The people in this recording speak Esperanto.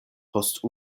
post